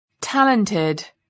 Talented